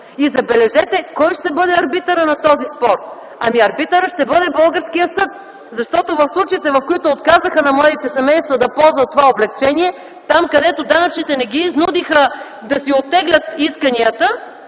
И, забележете, кой ще бъде арбитърът на този спор? Ами, арбитърът ще бъде българският съд. Защото в случаите, в които отказаха на младите семейства да ползват това облекчение, там, където данъчните не ги изнудиха да си оттеглят исканията,